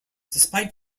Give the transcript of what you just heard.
despite